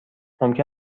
ممکن